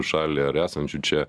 šalį ar esančių čia